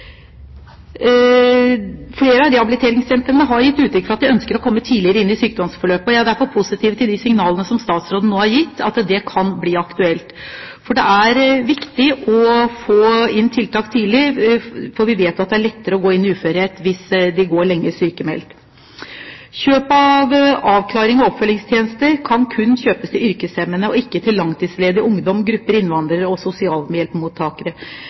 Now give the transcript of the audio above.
Flere av rehabiliteringssentrene har gitt uttrykk for at de ønsker å komme tidligere inn i sykdomsforløpet, og jeg er derfor positiv til de signalene som statsråden nå har gitt, at det kan bli aktuelt. Det er viktig å få inn tiltak tidlig, for vi vet at det er lettere å gå inn i uførhet hvis en går lenge sykmeldt. Kjøp av avklarings- og oppfølgingstjenester kan kun gjøres til yrkeshemmede og ikke til langtidsledige, ungdom, innvandrere,